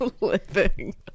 living